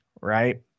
Right